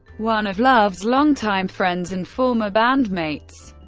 one of love's longtime friends and former bandmates.